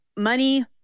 money